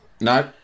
No